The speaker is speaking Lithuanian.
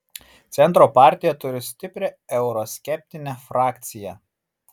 centro partija turi stiprią euroskeptinę frakciją